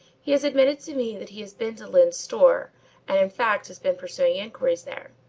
he has admitted to me that he has been to lyne's store and in fact has been pursuing inquiries there.